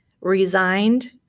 resigned